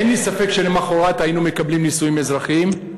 אין לי ספק שלמחרת היינו מקבלים נישואים אזרחיים,